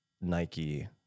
Nike